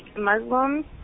Muslims